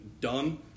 done